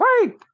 wait